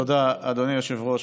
תודה, אדוני היושב-ראש.